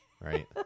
right